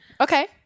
okay